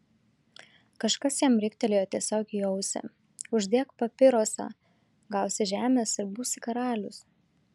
kažkas jam riktelėjo tiesiog į ausį uždek papirosą gausi žemės ir būsi karalius